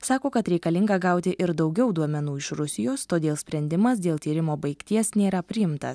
sako kad reikalinga gauti ir daugiau duomenų iš rusijos todėl sprendimas dėl tyrimo baigties nėra priimtas